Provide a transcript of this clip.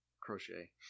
crochet